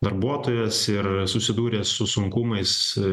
darbuotojas ir susidūrė su sunkumais